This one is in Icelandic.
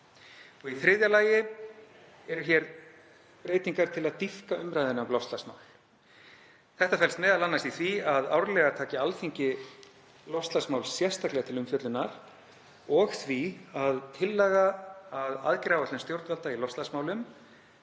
Í þriðja lagi eru hér breytingar til að dýpka umræðuna um loftslagsmál. Þetta felst m.a. í því að árlega taki Alþingi loftslagsmál sérstaklega til umfjöllunar og því að tillaga að aðgerðaáætlun stjórnvalda í loftslagsmálum